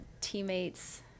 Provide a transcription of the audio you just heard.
teammates